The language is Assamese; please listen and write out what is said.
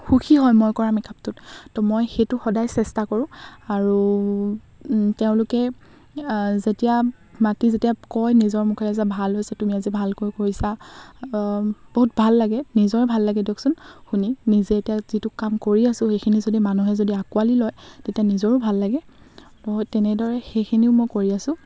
সুখী হয় মই কৰা মেকআপটোত তো মই সেইটো সদায় চেষ্টা কৰোঁ আৰু তেওঁলোকে যেতিয়া মাতি যেতিয়া কয় নিজৰ মুখেৰে যে ভাল হৈছে তুমি আজি ভালকৈ কৰিছা বহুত ভাল লাগে নিজৰে ভাল লাগে দিয়কচোন শুনি নিজে এতিয়া যিটো কাম কৰি আছো সেইখিনি যদি মানুহে যদি আঁকোৱালি লয় তেতিয়া নিজৰো ভাল লাগে ত' তেনেদৰে সেইখিনিও মই কৰি আছো